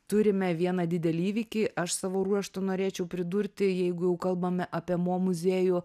turime vieną didelį įvykį aš savo ruožtu norėčiau pridurti jeigu jau kalbame apie mo muziejų